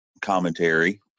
commentary